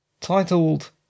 Titled